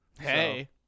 Hey